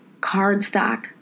cardstock